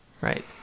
Right